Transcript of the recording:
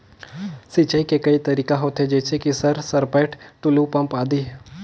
सिंचाई के कई तरीका होथे? जैसे कि सर सरपैट, टुलु पंप, आदि?